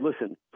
listen